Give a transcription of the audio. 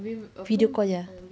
video call ya